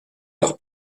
leur